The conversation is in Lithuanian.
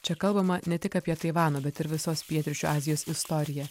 čia kalbama ne tik apie taivano bet ir visos pietryčių azijos istoriją